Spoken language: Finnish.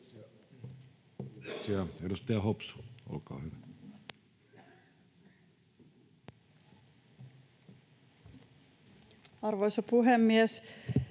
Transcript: Krista Kiuru, olkaa hyvä. Arvoisa puhemies!